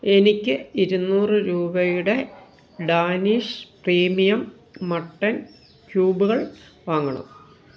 എനിക്ക് ഇരുന്നൂറ് രൂപയുടെ ഡാനിഷ് പ്രീമിയം മട്ടൺ ക്യൂബുകൾ വാങ്ങണം